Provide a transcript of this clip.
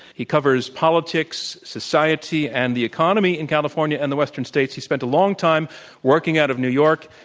he covers politics, society, and the economy in california and the western states, he spent a long time working out of new york.